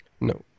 No